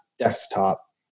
Desktop